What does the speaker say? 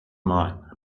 mine